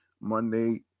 Monday